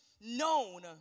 known